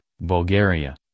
Bulgaria